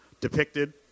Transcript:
depicted